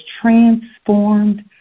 transformed